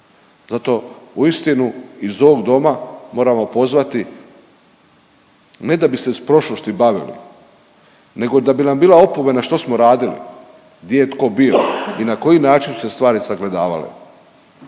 Zato uistinu iz ovog doma moramo pozvati ne da bi se s prošlosti bavili nego da bi nam bila opomena što smo radili, gdje je tko bio i na koji način su se stvari sagledavale.